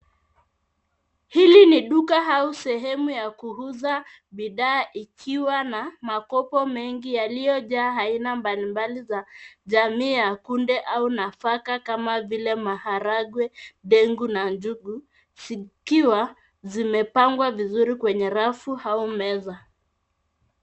Hili ni duka au sehemu ya kuuza bidhaa ikiwa na makopo mengi yaliyojaa aina mbalimbali za jamii ya kunde au nafaka kama vile maharagwe, dengu na njugu zikiwa zimepangwa vizuri kwenye rafu au meza.